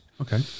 Okay